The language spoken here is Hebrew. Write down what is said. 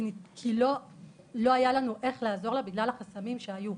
כי לא היה לנו איך לעזור לה בגלל החסמים שהיו.